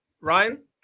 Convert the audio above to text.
ryan